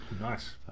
Nice